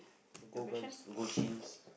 gold guns gold chains